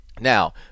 Now